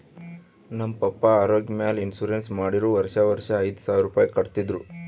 ನಮ್ ಪಪ್ಪಾ ಆರೋಗ್ಯ ಮ್ಯಾಲ ಇನ್ಸೂರೆನ್ಸ್ ಮಾಡಿರು ವರ್ಷಾ ವರ್ಷಾ ಐಯ್ದ ಸಾವಿರ್ ರುಪಾಯಿ ಕಟ್ಟತಿದ್ರು